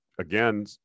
Again